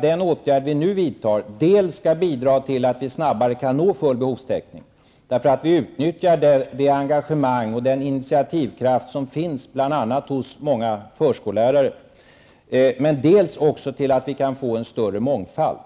Den åtgärd som vi nu vidtar skall dels bidra till att vi snabbare kan nå full behovstäckning, därför att vi utnyttjar det engagemang och den initiativkraft som finns bl.a. hos många förskollärare, dels bidra till att vi kan få större mångfald.